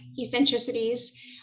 eccentricities